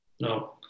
no